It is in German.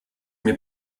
mir